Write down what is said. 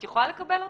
את יכולה לקבל אותו?